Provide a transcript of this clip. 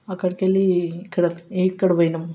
అక్కడికి వెళ్ళి ఇక్కడ ఇక్కడ పోయినాం